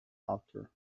after